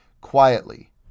Quietly